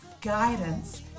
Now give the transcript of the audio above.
guidance